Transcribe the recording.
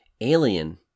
Alien